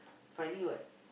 finding what